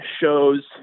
shows